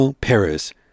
Paris